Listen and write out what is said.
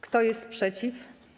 Kto jest przeciw?